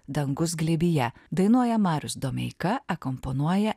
dangus glėbyje dainuoja marius domeika akompanuoja